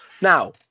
Now